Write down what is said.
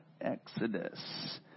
Exodus